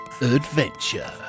Adventure